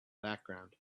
background